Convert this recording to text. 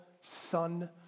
Son